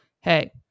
hey